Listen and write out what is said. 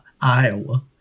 Iowa